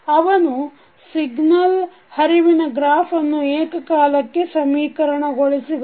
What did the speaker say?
ಅವನು ಸಿಗ್ನಲ್ ಹರಿವಿನ ಗ್ರಾಫ್ ಅನ್ನು ಏಕಕಾಲಕ್ಕೆ ಸಮೀಕರಣಗೊಳಿಸಿದನು